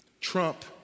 trump